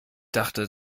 dachte